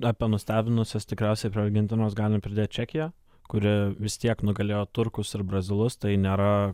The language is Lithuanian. apie nustebinusias tikriausiai prie argentinos galim pridėt čekiją kuri vis tiek nugalėjo turkus ir brazilus tai nėra